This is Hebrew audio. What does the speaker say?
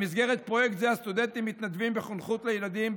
במסגרת פרויקט זה הסטודנטים מתנדבים בחונכות לילדים,